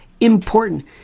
important